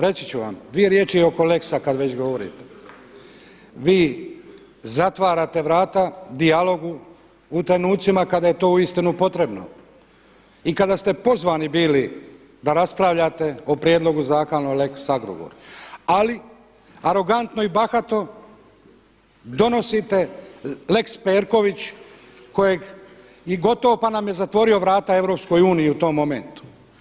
Reći ću vam dvije riječi oko lexa kada već govorite, vi zatvarate vrata dijalogu u trenucima kada je to uistinu potrebno i kada ste pozvani bili da raspravljate o prijedlogu zakona o lex Agrokor, ali arogantno i bahato donosite lex Perković kojeg i gotovo pa nam je zatvorio vrata EU u tom momentu.